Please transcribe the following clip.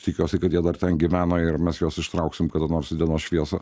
tikiuosi kad jie dar ten gyvena ir mes juos ištrauksim kada nors į dienos šviesą